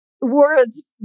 words